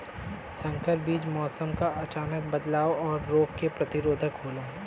संकर बीज मौसम क अचानक बदलाव और रोग के प्रतिरोधक होला